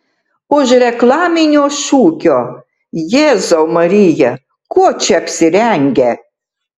už reklaminio šūkio jėzau marija kuo čia apsirengę